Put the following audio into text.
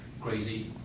crazy